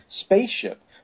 spaceship